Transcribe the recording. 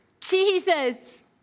Jesus